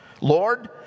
Lord